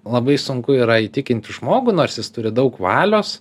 labai sunku yra įtikinti žmogų nors jis turi daug valios